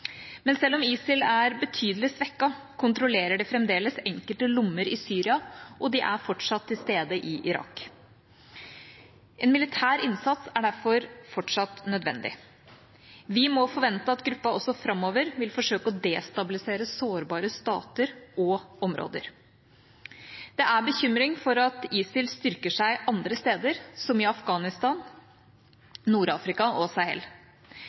Men selv om ISIL er betydelig svekket, kontrollerer de fremdeles enkelte lommer i Syria, og de er fortsatt til stede i Irak. En militær innsats er derfor fortsatt nødvendig. Vi må forvente at gruppa også framover vil forsøke å destabilisere sårbare stater og områder. Det er bekymring for at ISIL styrker seg andre steder, som i Afghanistan, Nord-Afrika og Sahel.